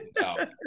No